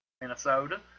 Minnesota